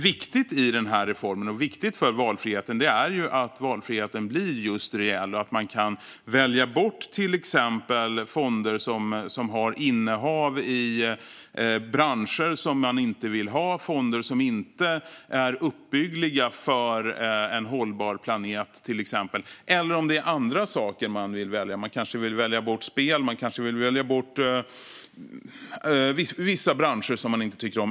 Viktigt i reformen och viktigt för valfriheten är att valfriheten blir just reell och att man kan välja bort till exempel fonder som har innehav i branscher som man inte vill ha eller fonder som inte är uppbyggliga för en hållbar planet. Det kan också vara andra saker man vill välja eller välja bort. Man kanske vill välja bort spel eller vissa andra branscher som man inte tycker om.